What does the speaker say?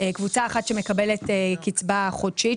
קבוצה אחת שמקבלת קצבה חודשית,